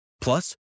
Plus